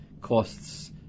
costs